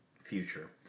future